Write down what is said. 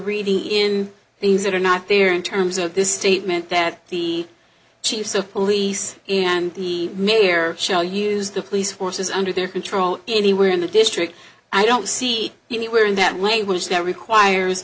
reading in things that are not there in terms of this statement that the chiefs of police and the mere shall use the police force is under their control anywhere in the district i don't see anywhere in that language that requires